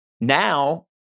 Now